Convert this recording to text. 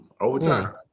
Overtime